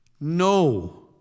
No